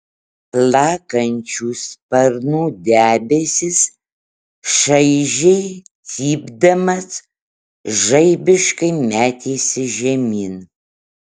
plakančių sparnų debesis šaižiai cypdamas žaibiškai metėsi žemyn